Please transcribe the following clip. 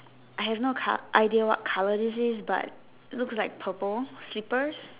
I have no colour idea colour this is but looks like purple slippers